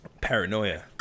Paranoia